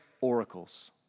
oracles